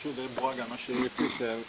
בהקשר למה שיאיר תיאר,